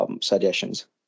suggestions